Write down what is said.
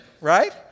right